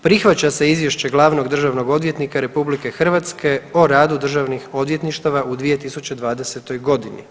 Prihvaća se izvješće glavnog državnog odvjetnika RH o radu državnih odvjetništava u 2020. godinu.